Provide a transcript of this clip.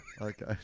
okay